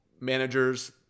managers